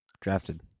drafted